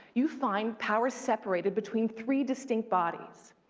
you find power separated between three distinct bodies.